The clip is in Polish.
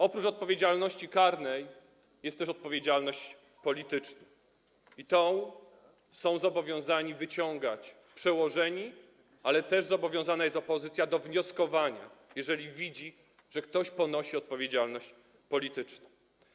Oprócz odpowiedzialności karnej jest też odpowiedzialność polityczna i to są zobowiązani egzekwować przełożeni, ale też opozycja zobowiązana jest do wnioskowania, jeżeli widzi, że ktoś ponosi odpowiedzialność polityczną.